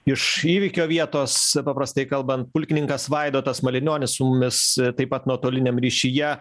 iš įvykio vietos paprastai kalbant pulkininkas vaidotas malinionis su mumis taip pat nuotoliniam ryšyje